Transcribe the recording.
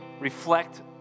reflect